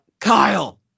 Kyle